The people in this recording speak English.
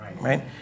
Right